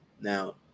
now